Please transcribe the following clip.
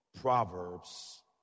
Proverbs